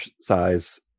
size